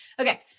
okay